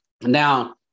now